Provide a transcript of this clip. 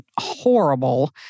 horrible